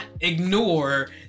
ignore